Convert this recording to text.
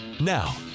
now